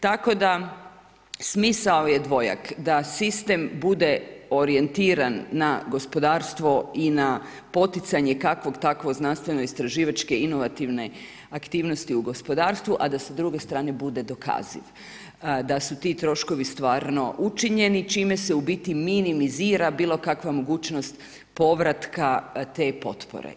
Tako da smisao je dvojak, da sistem bude orijentiran na gospodarstvo i na poticanje, kakvog takvog znanstveno istraživače inovativne aktivnosti u gospodarstvu, a da sa druge strane bude dokaziva, da su ti troškovi stvarno učinjeni, čime se u biti minimizira bilo kakva mogućnost povratka te potpore.